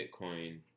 Bitcoin